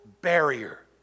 barrier